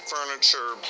Furniture